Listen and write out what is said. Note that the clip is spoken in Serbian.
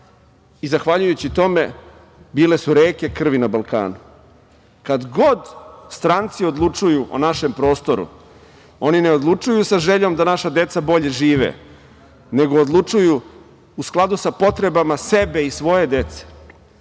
i zahvaljujući tome bile su reke krvi na Balkanu. Kad god stranci odlučuju o našem prostoru oni ne odlučuju sa željom da naša deca bolje žive, nego odlučuju u skladu sa potrebama sebe i svoje dece. Ovo